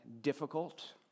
difficult